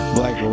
Black